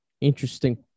interesting